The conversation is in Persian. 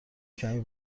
کمی